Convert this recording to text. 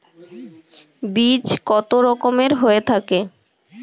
বীজ কত রকমের হয়ে থাকে?